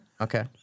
Okay